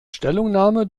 stellungnahme